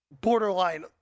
borderline